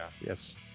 yes